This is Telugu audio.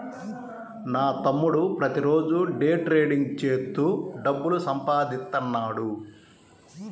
నా తమ్ముడు ప్రతిరోజూ డే ట్రేడింగ్ చేత్తూ డబ్బులు సంపాదిత్తన్నాడు